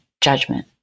judgment